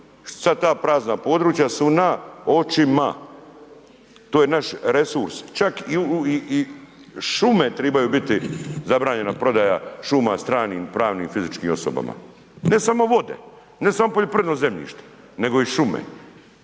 što su sva ta područja na očima. To je naš resurs, čak i šume tribaju biti zabranjena prodaja šuma stranim pravnim fizičkim osobama, ne samo vode, ne samo poljoprivredno zemljište nego i šume.